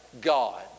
God